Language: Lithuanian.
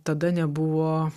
tada nebuvo